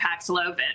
Paxlovid